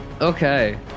Okay